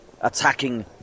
attacking